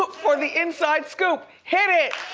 but for the inside scoop, hit it.